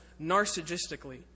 narcissistically